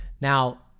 Now